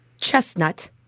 chestnut